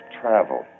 travel